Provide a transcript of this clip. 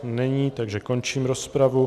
Není, takže končím rozpravu.